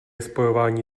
spojování